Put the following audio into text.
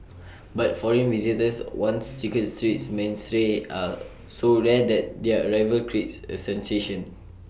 but foreign visitors once chicken Street's mainstay are so rare that their arrival creates A sensation